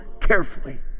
carefully